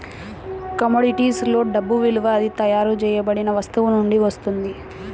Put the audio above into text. commodities లో డబ్బు విలువ అది తయారు చేయబడిన వస్తువు నుండి వస్తుంది